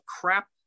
crap